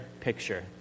picture